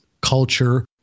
culture